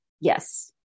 Yes